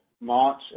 March